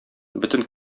бөтен